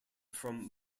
from